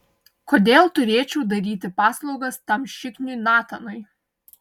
kodėl turėčiau daryti paslaugas tam šikniui natanui